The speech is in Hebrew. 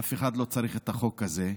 אף אחד לא צריך את החוק הזה,